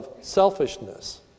selfishness